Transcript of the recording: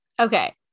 Okay